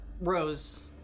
Rose